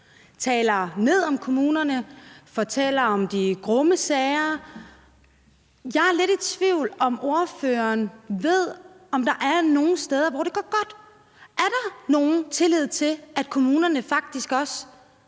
taler kommunerne ned og fortæller om de grumme sager. Jeg er lidt i tvivl om, om ordføreren ved, om der er nogen steder, hvor det går godt. Er der nogen tillid til, at kommunerne faktisk også